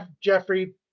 jeffrey